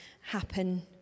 happen